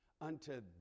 unto